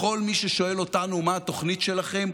לכל מי ששואל אותנו: מה התוכנית שלכם?